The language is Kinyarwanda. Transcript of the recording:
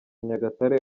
nyagatare